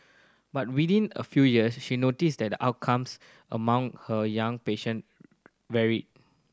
but within a few years she noticed that outcomes among her young patient varied